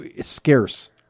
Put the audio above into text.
scarce